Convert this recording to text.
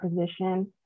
position